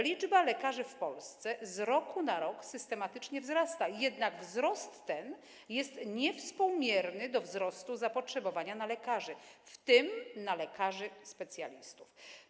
Liczba lekarzy w Polsce z roku na rok systematycznie wzrasta, jednak wzrost ten jest niewspółmierny do wzrostu zapotrzebowania na lekarzy, w tym lekarzy specjalistów.